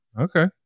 Okay